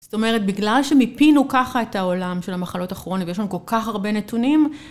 זאת אומרת, בגלל שמפינו ככה את העולם של המחלות האחרונות, ויש לנו כל כך הרבה נתונים,